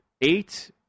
eight